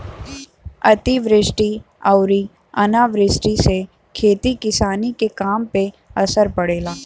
अतिवृष्टि अउरी अनावृष्टि से खेती किसानी के काम पे असर पड़ेला